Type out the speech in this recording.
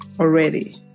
already